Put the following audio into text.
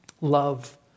Love